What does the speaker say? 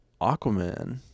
Aquaman